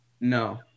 No